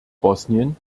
bosnien